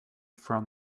from